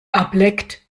ableckt